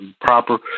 proper